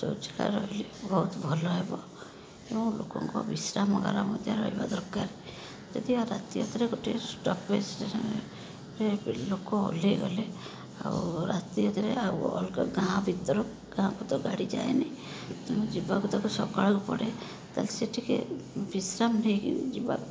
ଶୌଚାଳୟ ରହିଲେ ବହୁତ ଭଲ ହେବ ତେଣୁ ଲୋକଙ୍କ ବିଶ୍ରାମାଗାର ମଧ୍ୟ ରହିବା ଦରକାର ଯଦି ଆ ରାତି ଅଧାରେ ଗୋଟେ ଷ୍ଟପେଜ୍ ଷ୍ଟେସନ୍ରେ ରେ ଲୋକ ଓହ୍ଲେଇ ଗଲେ ଆଉ ରାତି ଅଧରେ ଆଉ ଅଲଗା ଗାଁ ଭିତର ଗାଁକୁ ତ ଗାଡ଼ି ଯାଏନି ତେଣୁ ଯିବାକୁ ତାକୁ ସକାଳୁ ପଡ଼େ ତାହେଲେ ସେ ଟିକେ ବିଶ୍ରାମ ନେଇକି ଯିବା କଥା